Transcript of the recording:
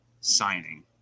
signing